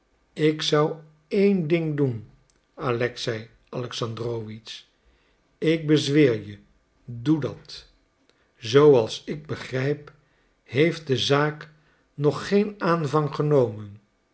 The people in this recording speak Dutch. ik zou één ding doen alexei alexandrowitsch ik bezweer je doe dat zooals ik begrijp heeft de zaak nog geen aanvang genomen